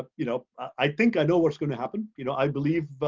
ah you know i think i know what's gonna happen. you know i believe,